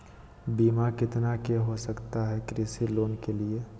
बीमा कितना के हो सकता है कृषि लोन के लिए?